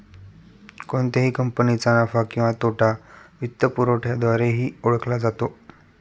कोणत्याही कंपनीचा नफा किंवा तोटा वित्तपुरवठ्याद्वारेही ओळखला जातो